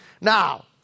Now